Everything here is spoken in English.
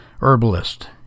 herbalist